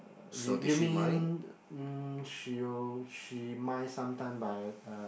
uh you you mean mm she'll she mind sometime but err